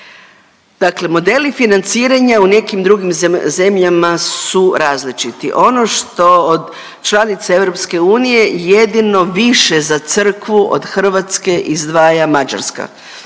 Dakle modeli financiranja u nekim drugim zemljama su različiti. Ono što od članica EU jedino više za crkvu od Hrvatske izdvaja Mađarska,